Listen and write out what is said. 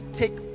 take